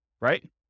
right